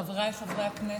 חבריי חברי הכנסת,